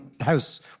house